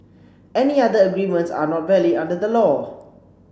any other agreements are not valid under the law